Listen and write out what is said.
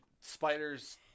Spiders